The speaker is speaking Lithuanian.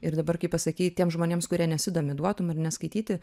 ir dabar kai pasakei tiem žmonėms kurie nesidomi duotum ar ne neskaityti